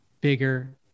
bigger